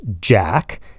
jack